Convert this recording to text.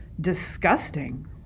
disgusting